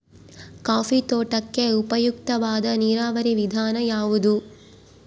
Coffee ತೋಟಕ್ಕೆ ಉಪಯುಕ್ತವಾದ ನೇರಾವರಿ ವಿಧಾನ ಯಾವುದು?